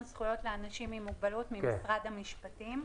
זכויות לאנשים עם מוגבלות ממשרד המשפטים.